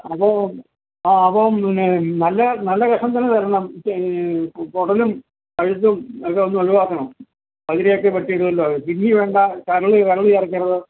ഇപ്പം ആ അപ്പം പിന്നേ നല്ല നല്ല കഷ്ണം തന്നെ തരണം കുടലും കഴുത്തും ഒക്കെ ഒന്ന് ഒഴിവാക്കണം പകുതിയൊക്കെ വെട്ടിയിടുമല്ലോ കിഡ്ണി വേണ്ട കരൾ കരൾ ചേർക്കരുത്